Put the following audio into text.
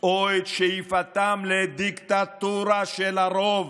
או את שאיפתם לדיקטטורה של הרוב"